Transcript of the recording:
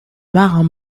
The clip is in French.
marins